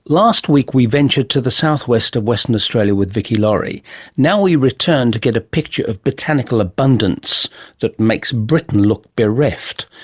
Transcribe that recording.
last week we ventured to the south-west of western australia with vicki laurie. and now we returned to get a picture of botanical abundance that makes britain look bereft,